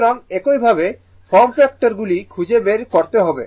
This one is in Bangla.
সুতরাং একইভাবে ফর্ম ফ্যাক্টর গুলি খুঁজে বের করা যেতে পারে